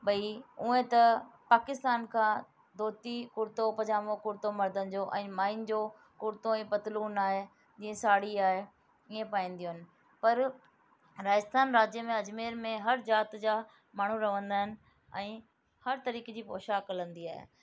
ॿई उहा त पाकिस्तान खां धोती कुर्ती पजामो कुर्तो मर्दनि जो ऐं मायुनि जो कुर्तो ऐं पतलुनि आहे जीअं साढ़ी आहे ईअं पाईंदियूं आहिनि पर राजस्थान राज्य में अजमेर में हर ज़ाति जा माण्हू रहंदा आहिनि ऐं हर तरीक़े जी पोशाक हलंदी आहे